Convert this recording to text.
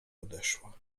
odeszła